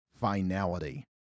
finality